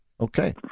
Okay